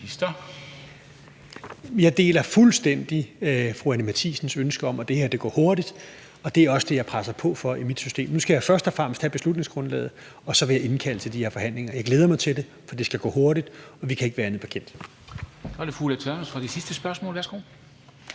(Rasmus Prehn): Jeg deler fuldstændig fru Anni Matthiesens ønske om, at det her går hurtigt, og det er også det, jeg presser på for i mit system. Nu skal jeg først og fremmest have beslutningsgrundlaget, og så vil jeg indkalde til de her forhandlinger. Jeg glæder mig til det. For det skal gå hurtigt, og vi kan ikke være andet bekendt. Kl. 14:00 Formanden (Henrik Dam Kristensen): Så er